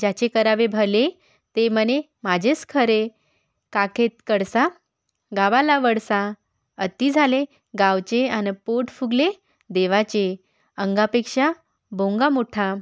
ज्याचे करावे भले ते म्हणे माझेच खरे काखेत कळसा गावाला वळसा अति झाले गावचे आणि पोट फुगले देवाचे अंगापेक्षा बोंगा मोठा